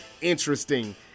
interesting